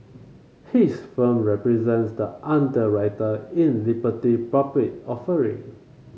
his firm represents the underwriter in Liberty public offering